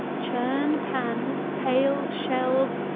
churn, pans, pail, shelves,